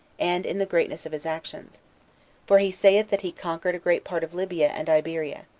and in the greatness of his actions for he saith that he conquered a great part of libya and iberia.